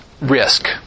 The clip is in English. risk